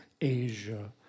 Asia